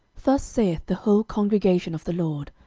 thus saith the whole congregation of the lord,